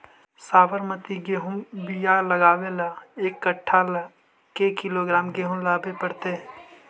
सरबति गेहूँ के बियाह लगबे ल एक कट्ठा ल के किलोग्राम गेहूं लेबे पड़तै?